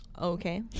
Okay